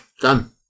Done